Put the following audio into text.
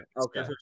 Okay